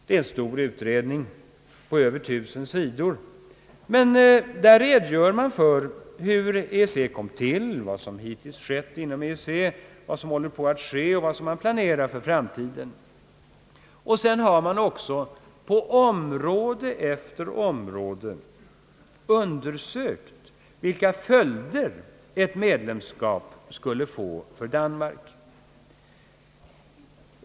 Det är en stor utredning på över tusen sidor, och där redogör man för hur EEC kom till, vad som hittills skett inom EEC, vad som håller på att ske och vad som är planerat för framtiden. Vidare har man på område efter område undersökt vilka följder ett medlemskap skulle få för Danmark.